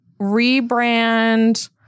rebrand